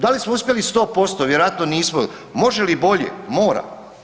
Da li smo uspjeli 100%, vjerojatno nismo, može li bolje, mora.